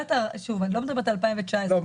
אני לא מדברת על 2019. לא,